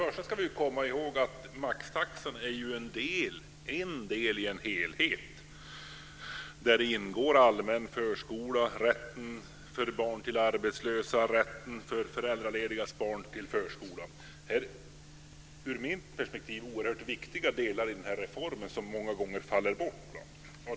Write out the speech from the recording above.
Vi ska komma ihåg att maxtaxan är en del i en helhet. Där ingår allmän förskola, rätten för barn till arbetslösa och för föräldraledigas barn till förskola. Ur mitt perspektiv är det oerhört viktiga delar i den här reformen som många gånger faller bort.